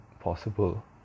possible